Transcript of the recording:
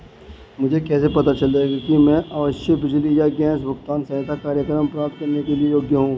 मुझे कैसे पता चलेगा कि मैं आवासीय बिजली या गैस भुगतान सहायता कार्यक्रम प्राप्त करने के योग्य हूँ?